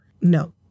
no